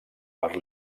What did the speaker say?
per